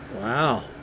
Wow